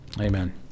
Amen